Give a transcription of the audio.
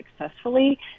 successfully